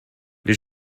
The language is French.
les